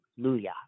Hallelujah